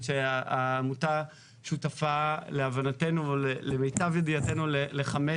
שהעמותה שותפה להבנתנו ולמיטב ידיעתנו לחמש